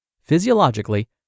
Physiologically